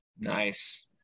nice